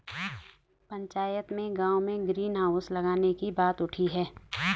पंचायत में गांव में ग्रीन हाउस लगाने की बात उठी हैं